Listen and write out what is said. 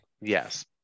Yes